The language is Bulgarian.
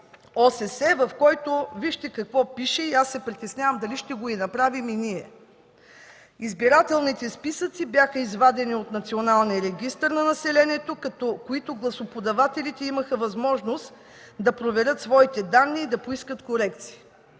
ОССЕ, в който вижте какво пише, и аз се притеснявам дали ще го направим и ние: „Избирателните списъци бяха извадени от Националния регистър на населението, в които гласоподавателите имаха възможност да проверят своите данни и да поискат корекции.